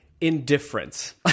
indifference